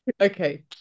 okay